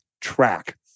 track